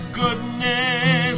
goodness